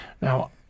Now